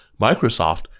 Microsoft